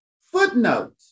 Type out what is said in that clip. Footnote